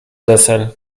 deser